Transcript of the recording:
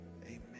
amen